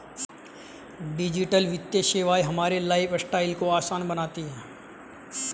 digital वित्तीय सेवाएं हमारे लाइफस्टाइल को आसान बनाती हैं